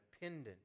pendant